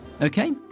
Okay